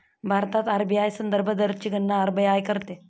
भारतात आर.बी.आय संदर्भ दरची गणना आर.बी.आय करते